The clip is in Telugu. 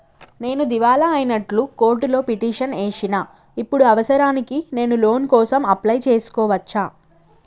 నేను దివాలా అయినట్లు కోర్టులో పిటిషన్ ఏశిన ఇప్పుడు అవసరానికి నేను లోన్ కోసం అప్లయ్ చేస్కోవచ్చా?